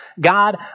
God